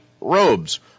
robes